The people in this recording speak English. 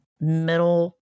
middle